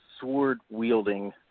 sword-wielding